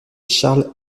charles